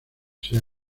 sea